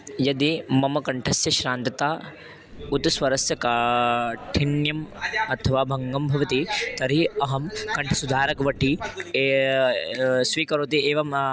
यदि मम कण्ठस्य श्रान्तिः उच्चस्वरस्य काठिन्यम् अथवा भङ्गं भवति तर्हि अहं कण्ठसुधारग्वटि एव स्वीकरोमि एवम्